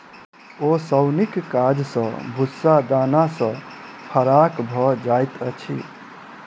ओसौनीक काज सॅ भूस्सा दाना सॅ फराक भ जाइत अछि